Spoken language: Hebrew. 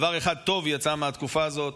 דבר אחד טוב יצא מהתקופה הזאת,